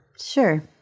Sure